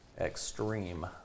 Extreme